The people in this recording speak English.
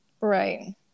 Right